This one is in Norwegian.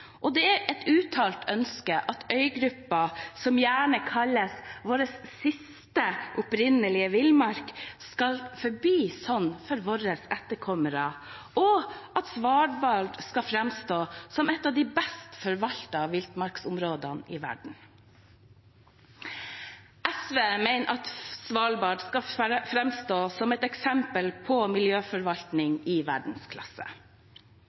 Det er et uttalt ønske at øygruppen, som gjerne kalles vår siste opprinnelige villmark, skal forbli sånn for våre etterkommere, og at Svalbard skal framstå som et av de best forvaltede villmarksområdene i verden. SV mener at Svalbard skal framstå som et eksempel på miljøforvaltning i verdensklasse.